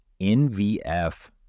NVF